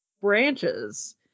branches